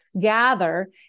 gather